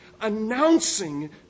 announcing